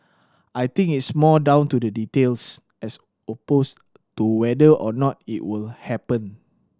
I think it's more down to the details as opposed to whether or not it will happen